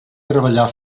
treballar